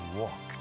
walk